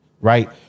right